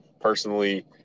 personally